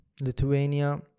Lithuania